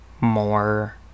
more